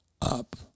up